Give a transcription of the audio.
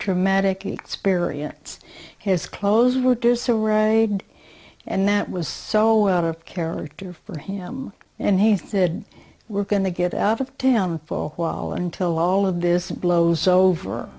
traumatic experience his clothes were disarray and that was so out of character for him and he said we're going to get out of town for a while until all of this blows over